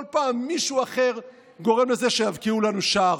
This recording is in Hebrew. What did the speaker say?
כל פעם מישהו אחר גורם לזה שיבקיעו לנו שער.